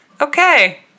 Okay